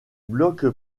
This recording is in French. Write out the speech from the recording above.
bloc